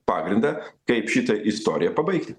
pagrindą kaip šitą istoriją pabaigti